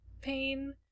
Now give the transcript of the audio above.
pain